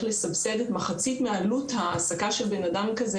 לסבסד את מחצית מעלות ההעסקה של אדם כזה,